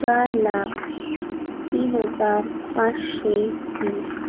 चार लाख तीन हजार पाचशे वीस